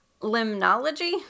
Limnology